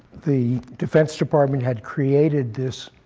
the defense department had created this